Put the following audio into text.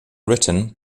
written